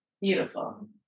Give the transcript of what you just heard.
Beautiful